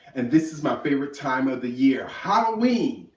and this is my favorite time of the year, halloween.